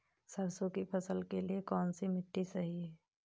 सरसों की फसल के लिए कौनसी मिट्टी सही हैं?